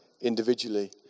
individually